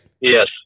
Yes